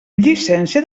llicència